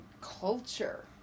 culture